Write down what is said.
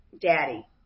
daddy